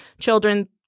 children